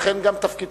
לכן גם תפקידכם,